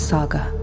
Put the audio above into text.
Saga